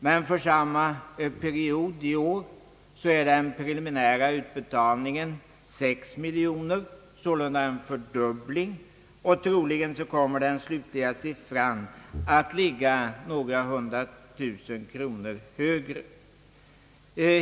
Men för samma period i år är den preliminära utbetalningen 6 miljoner kronor, sålunda en fördubbling. Troligen kommer den slutliga siffran att ligga några hundra tusen kronor högre.